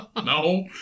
no